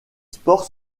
sports